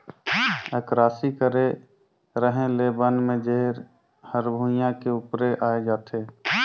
अकरासी करे रहें ले बन में जेर हर भुइयां के उपरे आय जाथे